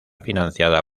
financiada